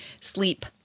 sleep